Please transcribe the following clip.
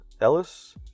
ellis